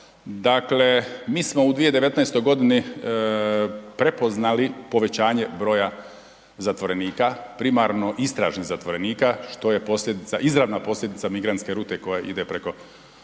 Dakle, mi smo u 2019. g. prepoznali povećanje broja zatvorenika, primarno istražnih zatvorenika, što je posljedica, izravna posljedica migrantske rute koja ide preko